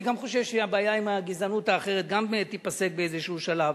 אני גם חושב שהבעיה עם הגזענות האחרת גם תיפסק באיזה שלב.